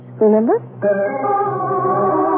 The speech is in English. Remember